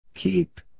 Keep